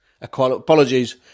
Apologies